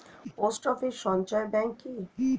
Post office সঞ্চয় bank কি?